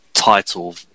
Title